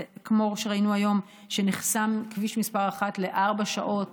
כמו שראינו שנחסם כביש מס' 1 לארבע שעות